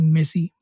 Messi